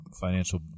financial